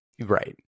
Right